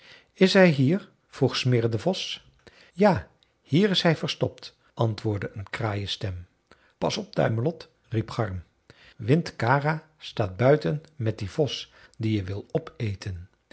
is hij hier vroeg smirre de vos ja hier is hij verstopt antwoordde een kraaienstem pas op duimelot riep garm windkara staat buiten met dien vos die je wil opeten